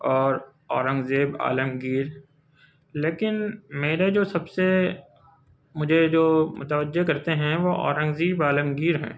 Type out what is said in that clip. اور آرنگ زیب عالمگیر لیکن میرے جو سب سے مجھے جو متوجہ کرتے ہیں وہ آرنگ زیب عالمگیر ہیں